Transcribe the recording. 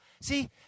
See